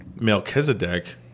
Melchizedek